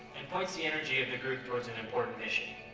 and points the energy of the group towards an important mission.